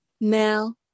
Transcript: now